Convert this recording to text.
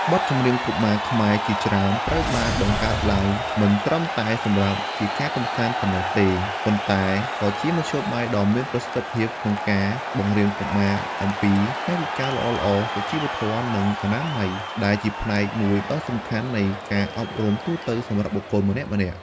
បទចម្រៀងកុមារខ្មែរជាច្រើនត្រូវបានបង្កើតឡើងមិនត្រឹមតែសម្រាប់ជាការកម្សាន្តប៉ុណ្ណោះទេ ប៉ុន្តែក៏ជាមធ្យោបាយដ៏មានប្រសិទ្ធភាពក្នុងការបង្រៀនកុមារអំពីកាយវិការល្អៗ សុជីវធម៌ និងអនាម័យ ដែលជាផ្នែកមួយដ៏សំខាន់នៃការអប់រំទូទៅសម្រាប់បុគ្គលម្នាក់ៗ។